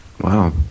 Wow